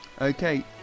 Okay